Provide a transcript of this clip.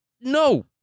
no